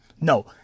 No